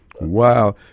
Wow